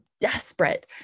desperate